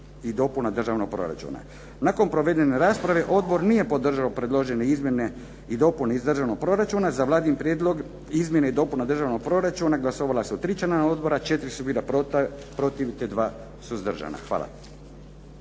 i dopuna državnog proračuna. Nakon provedene rasprave odbor nije podržao predložene izmjene i dopune iz državnog proračuna. Za Vladin prijedlog izmjena i dopuna državnog proračuna glasovala su tri člana odbora, četiri su bila protiv, te dva suzdržana. Hvala.